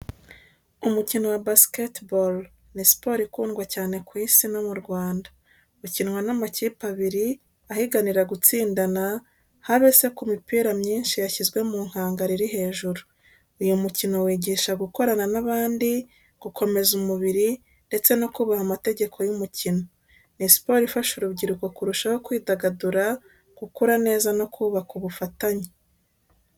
Umukino wa basketball ni siporo ikundwa cyane ku Isi no mu Rwanda. Ukinwa n’amakipe abiri ahiganira gutsindana, habe se ku mipira myinshi yashyizwe mu nkangara iri hejuru. Uyu mukino wigisha gukorana n’abandi, gukomeza umubiri, ndetse no kubaha amategeko y’umukino. Ni siporo ifasha urubyiruko kurushaho kwidagadura, gukura neza no kubaka ubufatanye.